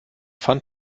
pfand